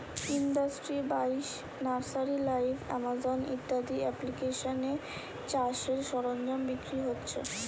industry বাইশ, nursery live, Amazon ইত্যাদি এপ্লিকেশানে চাষের সরঞ্জাম বিক্রি হচ্ছে